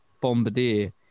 bombardier